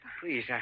Please